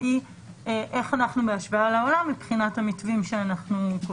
והיא איך אנחנו בהשוואה לעולם מבחינת המתווים שאנחנו קובעים.